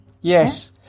Yes